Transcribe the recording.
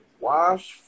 wash